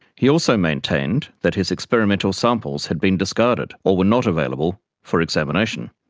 he also maintained that his experimental samples had been discarded or were not available for examination.